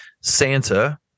Santa